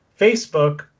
Facebook